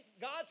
God's